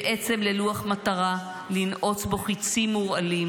בעצם, ללוח מטרה לנעוץ בו חיצים מורעלים.